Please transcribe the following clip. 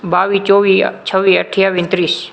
બાવીસ ચોવીસ છવ્વીસ અઠ્ઠાવીસ અને ત્રીસ